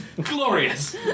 Glorious